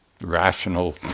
rational